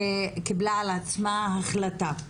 קיבלה על עצמה החלטה,